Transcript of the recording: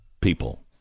people